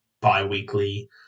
bi-weekly